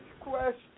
question